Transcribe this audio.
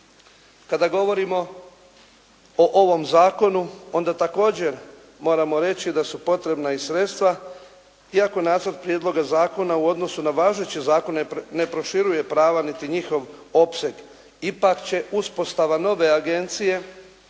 Kada govorimo o ovom zakonu onda također moramo reći da su potrebna i sredstva iako nacrt prijedloga zakona u odnosu na važeći zakon ne proširuje prava niti njihov opseg. Ipak će uspostava nove agencije